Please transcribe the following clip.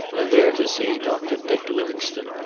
and there to see doctor dick livingstone,